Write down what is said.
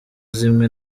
zimwe